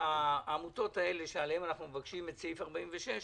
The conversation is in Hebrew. שהעמותות האלה עליהן אנחנו מבקשים את סעיף 46,